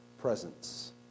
presence